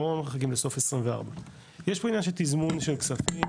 לא מחכים לסוף 24. יש פה עניין של תזמון כספים,